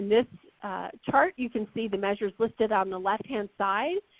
this chart you can see the measures listed on the left hand side.